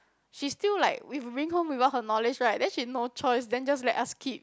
she still like we bring home without her knowledge right then she no choice then just let us keep